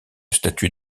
statut